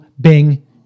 Bing